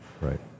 Right